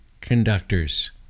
conductors